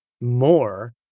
more